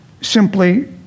simply